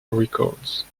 records